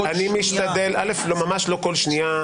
המשמעות היא שאין כללי משחק נוקשים,